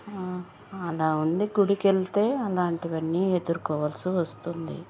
అలా ఉంది గుడికెళ్తే అలాంటివన్నీ ఎదుర్కోవాల్సి వస్తుంది